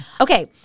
Okay